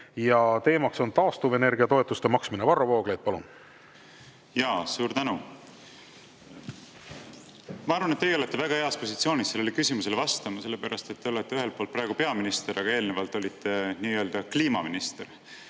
ja teemaks on taastuvenergia toetuste maksmine. Varro Vooglaid, palun! Suur tänu! Ma arvan, et teie olete väga heas positsioonis sellele küsimusele vastama sellepärast, et te olete ühelt poolt praegu peaminister, aga eelnevalt olite nii-öelda kliimaminister.